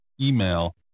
email